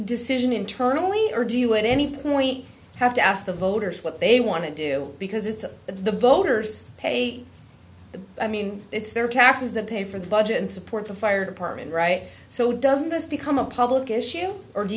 decision internally or do you at any point have to ask the voters what they want to do because it's the voters pay the i mean it's their taxes that pay for the budget and support the fire department right so doesn't this become a public issue or do